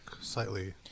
slightly